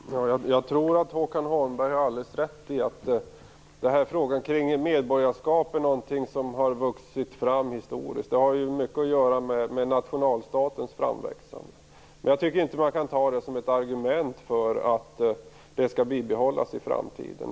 Herr talman! Jag tror att Håkan Holmberg har alldeles rätt i att medborgarskap är någonting som har vuxit fram historiskt. Det har mycket att göra med nationalstatens framväxande. Men jag tycker inte att man kan ta det som ett argument för att det skall behållas i framtiden.